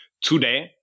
Today